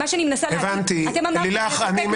מה שאני מנסה להבין, אתם אמרתם --- הבנתי.